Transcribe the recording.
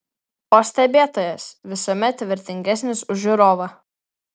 o stebėtojas visuomet vertingesnis už žiūrovą